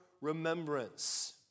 remembrance